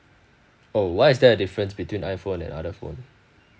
oh why is there a difference between iphone and other phone